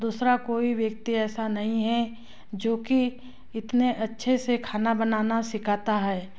दूसरा कोई व्यक्ति ऐसा नहीं है जो कि इतने अच्छे से खाना बनाना सिखाता है